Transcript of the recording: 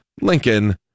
Lincoln